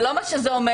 זה לא מה שזה אומר,